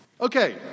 Okay